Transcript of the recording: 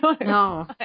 No